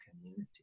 community